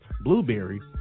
blueberry